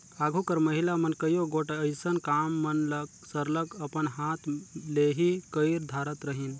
आघु कर महिला मन कइयो गोट अइसन काम मन ल सरलग अपन हाथ ले ही कइर धारत रहिन